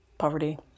Poverty